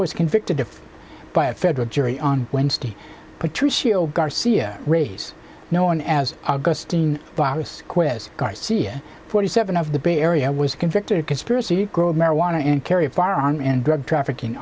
was convicted of by a federal jury on wednesday patricio garcia ray's known as augustine virus quiz garcia forty seven of the bay area was convicted of conspiracy to grow marijuana and carry a firearm in drug trafficking